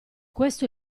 questo